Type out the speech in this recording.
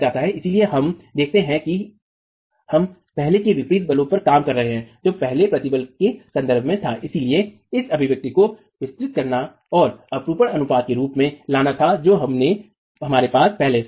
इसलिए हम देखते हैं कि हम पहले के विपरीत बलों पर काम कर रहे हैं जो पहले प्रतिबल के संदर्भ में था इसलिए इस अभिव्यक्ति को विस्तृत करना और अपरूपण अनुपात के रूप में लाना था जो हमारे पास पहले था